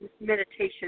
meditation